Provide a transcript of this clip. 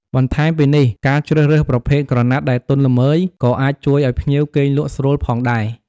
បន្ថែមពីនេះ ការជ្រើសរើសប្រភេទក្រណាត់ដែលទន់ល្មើយ ក៏អាចជួយឲ្យភ្ញៀវគេងលក់ស្រួលផងដែរ។